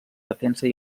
defensa